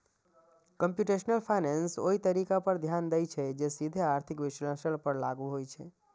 computational finance ओइ तरीका पर ध्यान दै छै, जे सीधे आर्थिक विश्लेषण पर लागू होइ छै